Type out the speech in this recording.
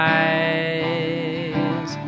eyes